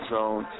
Zone